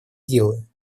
делаю